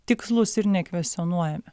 tikslūs ir nekvescionuojami